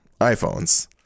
iPhones